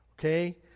Okay